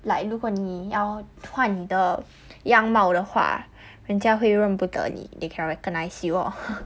like 如果你要换你的样貌的话人家会认不得你 they cannot recognise you lor